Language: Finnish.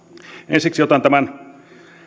ensiksi otan tämän